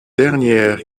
dernière